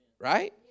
Right